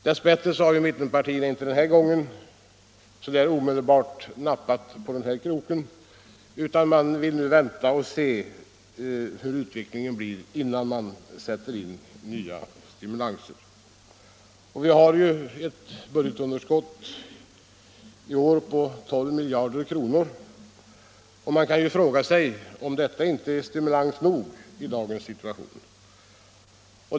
Dess bättre har mittenpartierna denna gång inte så där omedelbart nappat på kroken utan vill vänta och se hurudan utvecklingen blir innan man griper till nya stimulanser. Vi har i år ett budgetunderskott på 12 miljarder, och man kan ju fråga sig om inte detta är stimulans nog i dagens situation.